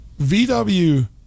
VW